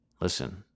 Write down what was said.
Listen